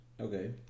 Okay